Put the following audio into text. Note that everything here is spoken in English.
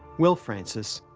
well, francis,